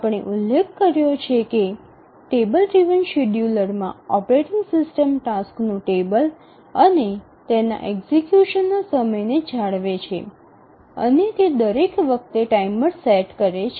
આપણે ઉલ્લેખ કર્યો છે કે ટેબલ ડ્રિવન શેડ્યૂલરમાં ઓપરેટિંગ સિસ્ટમ ટાસક્સનું ટેબલ અને તેના એક્ઝિકયુશનના સમયને જાળવે છે અને તે દરેક વખતે ટાઈમર સેટ કરે છે